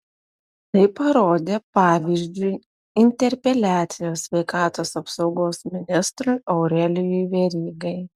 tai parodė pavyzdžiui interpeliacija sveikatos apsaugos ministrui aurelijui verygai